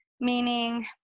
meaning